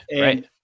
Right